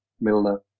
Milner